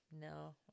No